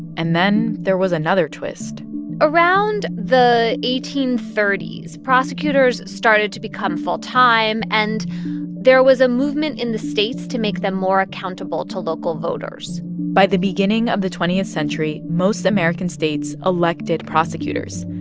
and then there was another twist around the eighteen thirty s, prosecutors started to become full-time, and there was a movement in the states to make them more accountable to local voters by the beginning of the twentieth century, most american states elected prosecutors.